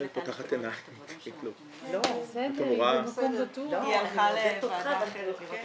הישיבה ננעלה בשעה 10:28.